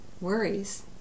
worries